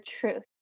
truth